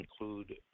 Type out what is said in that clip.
include